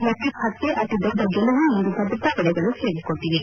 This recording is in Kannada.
ಲತೀಫ್ ಹತ್ಯೆ ಅತಿದೊಡ್ಡ ಗೆಲುವು ಎಂದು ಭದ್ರತಾಪಡೆಗಳು ಹೇಳಿಕೊಂಡಿವೆ